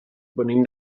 venim